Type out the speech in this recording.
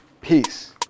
Peace